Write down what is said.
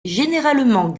généralement